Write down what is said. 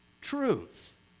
truth